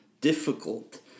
difficult